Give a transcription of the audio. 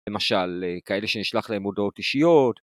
למשל, כאלה שנשלח להם מודעות אישיות.